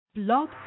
Blog